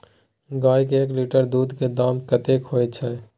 गाय के एक लीटर दूध के दाम कतेक होय छै?